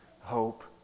Hope